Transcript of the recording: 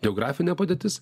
geografinė padėtis